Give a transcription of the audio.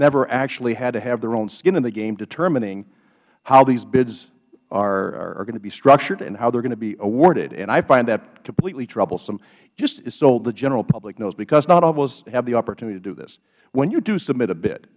never actually had to have their own skin in the game determining how these bids are going to be structured and how they're going to be award and i find that completely troublesome just so the general public knows because not all of us have the opportunity to do this when you do submit a bi